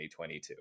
2022